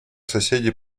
соседей